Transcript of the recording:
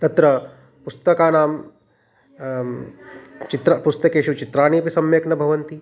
तत्र पुस्तकानां चित्रपुस्तकेषु चित्राणि अपि सम्यक् न भवन्ति